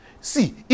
See